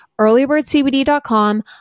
earlybirdcbd.com